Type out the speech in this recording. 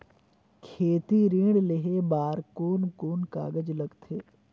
खेती ऋण लेहे बार कोन कोन कागज लगथे?